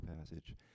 passage